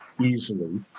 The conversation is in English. easily